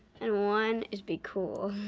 and one is be cool.